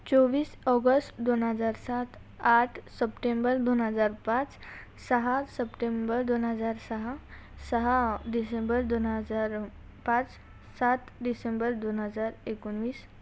चोवीस ऑगस्ट दोन हजार सात आठ सप्टेंबर दोन हजार पाच सहा सप्टेंबर दोन हजार सहा सहा डिसेंबर दोन हजार पाच सात डिसेंबर दोन हजार एकोणवीस